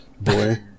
boy